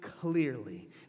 clearly